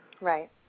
Right